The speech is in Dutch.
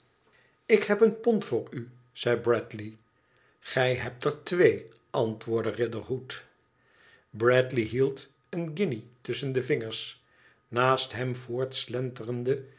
ik heb een pond voor u zei bradley gij hebt er twee antwoordde riderhood bradley hield een guinje tusschen de vingers naast hem